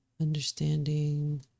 understanding